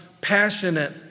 passionate